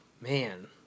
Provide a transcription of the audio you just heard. man